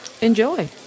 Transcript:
enjoy